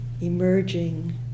emerging